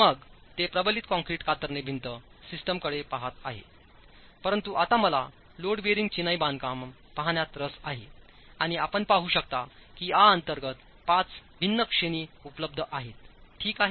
मग ते प्रबलित कंक्रीट कातरणे भिंत सिस्टीमकडे पहात आहे परंतु आता मला लोड बेअरिंग चिनाई बांधकामपाहण्यातरस आहेआणि आपण पाहू शकता कीया अंतर्गत 5 भिन्न श्रेणी उपलब्धआहेतठीक आहे